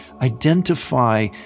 identify